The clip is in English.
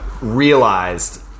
realized